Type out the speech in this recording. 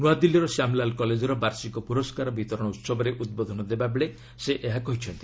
ନୂଆଦିଲ୍ଲୀର ଶ୍ୟାମଲାଲ୍ କଲେଜର ବାର୍ଷିକ ପୁରସ୍କାର ବିତରଣ ଉତ୍ବୋଧନ ଦେବାବେଳେ ସେ ଏହା କହିଛନ୍ତି